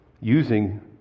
using